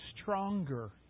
stronger